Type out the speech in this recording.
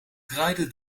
draaide